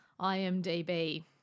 IMDb